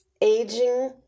Aging